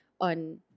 on